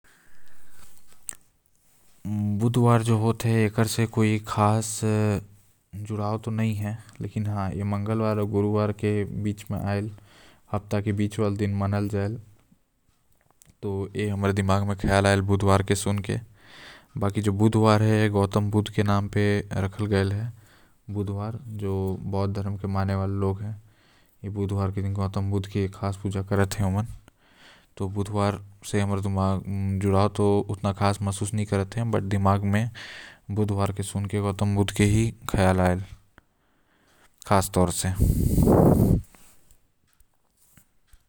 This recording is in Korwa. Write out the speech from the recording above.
बुधवार जो दिन हैव ओ बुद्ध के दिन हे एकदम सादा आऊ हफ्ता एक सात्विक दिन भी माना जाते और ए दिन स्कूल म सफेद कपड़ा पहिनते।